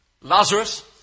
Lazarus